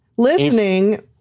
Listening